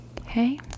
okay